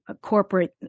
corporate